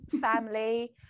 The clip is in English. family